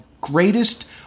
greatest